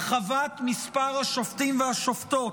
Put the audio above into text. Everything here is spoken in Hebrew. הרחבת מספר השופטים והשופטות,